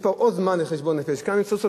יש איזה זמן של חשבון נפש,